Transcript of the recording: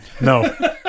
no